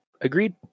Agreed